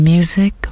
Music